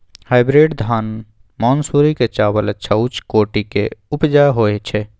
Hybrid धान मानसुरी के चावल अच्छा उच्च कोटि के उपजा होय छै?